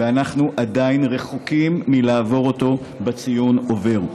ואנחנו עדיין רחוקים מלעבור אותו בציון עובר.